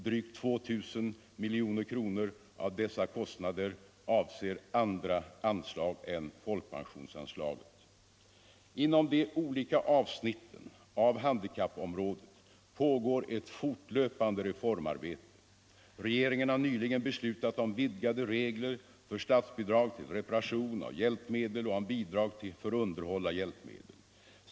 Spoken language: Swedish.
Drygt 2 000 miljoner kronor av dessa kostnader avser andra anslag än folkpensionsanslaget. Inom de olika avsnitten av handikappområdet pågår ett fortlöpande reformarbete. Regeringen har nyligen beslutat om vidgade regler för statsbidrag till reparation av hjälpmedel och om bidrag för underhåll av hjälpmedel.